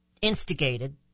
instigated